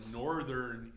northern